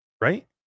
right